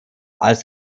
als